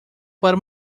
para